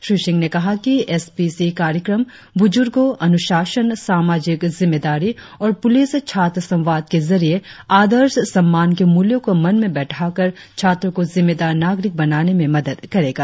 श्री सिंह ने कहा कि एस पी सी कार्यक्रम बुजुर्गों अनुशासन सामाजिक जिम्मेदारी और पुलिस छात्र संवाद के जरिए आदर्श सम्मान के मूल्यों को मन में बैठाकर छात्रों को जिम्मेदार नागरिक बनाने में मदद करेगा